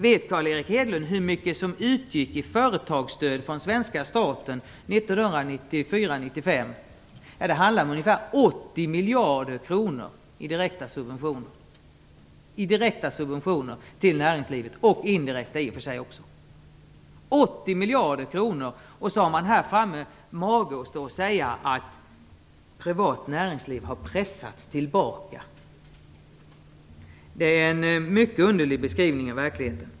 Vet Carl Erik Hedlund hur mycket som utbetalades i företagsstöd från svenska staten 1994/95? Det handlade om ungefär 80 miljarder kronor i direkta och även indirekta subventioner till näringslivet. 80 miljarder kronor! Ändå har man mage att stå här och säga att det privata näringslivet har pressats tillbaka. Det är en mycket underlig beskrivning av verkligheten.